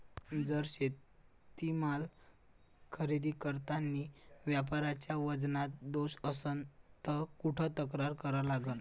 जर शेतीमाल खरेदी करतांनी व्यापाऱ्याच्या वजनात दोष असन त कुठ तक्रार करा लागन?